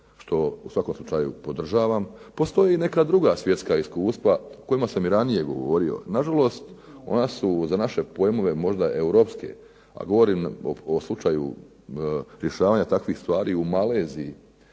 što u svakom slučaju podržavam, postoje neka druga svjetska iskustva o kojima sam i ranije govorio. Nažalost, ona su za naše pojmove možda europske, a govorim o slučaju rješavanju takvih stvari u Maleziji,